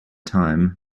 time